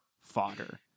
fodder